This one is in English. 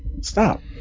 Stop